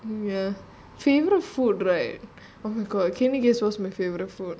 ya favourite food right oh my god can you guess what's my favourite food